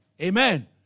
Amen